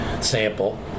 sample